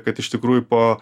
kad iš tikrųjų po